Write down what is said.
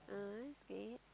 ah that's good